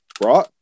right